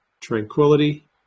tranquility